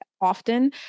often